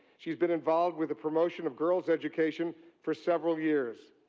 she's been involved with a promotion of girl's education for several years.